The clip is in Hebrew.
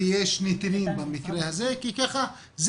ויש נתינים במקרה הזה, כי זה